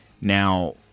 now